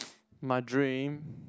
my dream